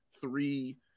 three